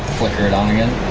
flicker it on again